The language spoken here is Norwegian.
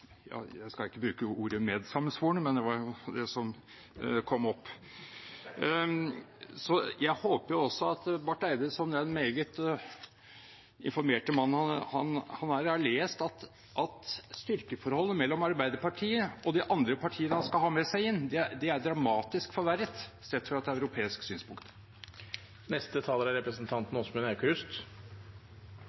jeg skal ikke bruke ordet «medsammensvorne», men det var det som kom opp. Jeg håper også at Barth Eide som den meget informerte mannen han er, har lest at styrkeforholdet mellom Arbeiderpartiet og de andre partiene han skal ha med seg inn, er dramatisk forverret sett fra et europeisk synspunkt.